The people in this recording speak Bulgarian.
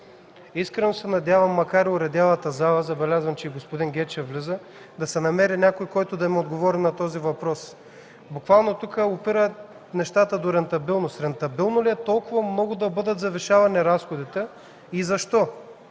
Искрено се надявам, макар и в оредялата зала – забелязвам, че господин Гечев влиза – да се намери някой, който да ми отговори на този въпрос. Буквално тук нещата опират до рентабилност. Рентабилно ли е толкова много да бъдат завишавани разходите и защо?